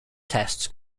tests